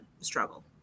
struggle